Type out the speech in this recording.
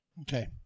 Okay